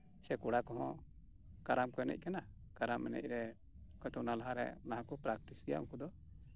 ᱥᱮ ᱠᱚᱲᱟ ᱠᱚᱦᱚᱸ ᱠᱟᱨᱟᱢ ᱠᱚ ᱮᱱᱮᱡ ᱠᱟᱱᱟ ᱠᱟᱨᱟᱢ ᱮᱱᱮᱡ ᱨᱮ ᱚᱠᱚᱭ ᱫᱚ ᱚᱱᱟ ᱞᱟᱦᱟᱨᱮ ᱞᱟᱦᱟᱠᱚ ᱯᱮᱠᱴᱤᱥ ᱜᱮᱭᱟ ᱩᱱᱠᱩ ᱫᱚ